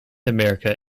america